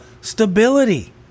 stability